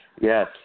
Yes